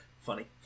funny